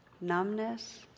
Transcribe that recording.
numbness